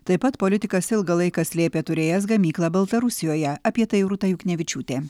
taip pat politikas ilgą laiką slėpė turėjęs gamyklą baltarusijoje apie tai rūta juknevičiūtė